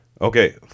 Okay